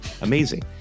Amazing